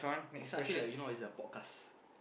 this one I feel like you know is a podcast